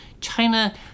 China